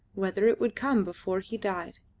whether it would come before he died?